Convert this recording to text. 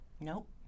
Nope